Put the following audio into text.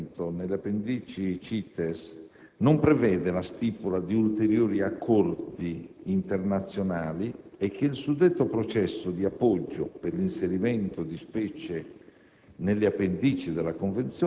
che il processo di inserimento nelle Appendici CITES non prevede la stipula di ulteriori accordi internazionali e che il suddetto processo di appoggio per l'inserimento di specie